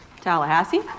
tallahassee